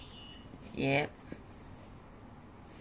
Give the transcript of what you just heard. yep